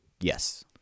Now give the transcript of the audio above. Yes